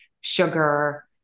sugar